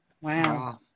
wow